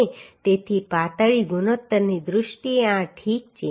તેથી પાતળી ગુણોત્તરની દૃષ્ટિએ આ ઠીક છે